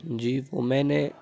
جی وہ میں نے